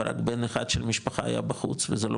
אבל רק בן אחד של משפחה היה בחוץ וזה לא